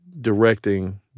directing